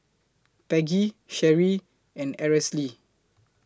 Peggy Cherie and Aracely